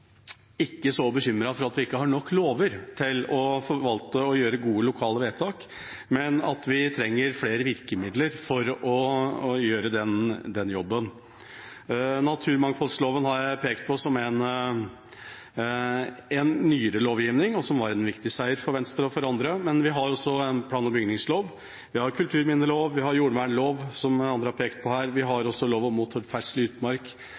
ikke så bekymret for at vi ikke har nok lover til å forvalte og å gjøre gode lokale vedtak, men vi trenger flere virkemidler for å gjøre den jobben. Naturmangfoldloven har jeg pekt på som en nyere lovgivning, og som var en viktig seier for Venstre og for andre, men vi har også plan- og bygningslov, vi har kulturminnelov, vi har jordvernlov, som andre har pekt på her, og vi har også lov om motorferdsel i utmark.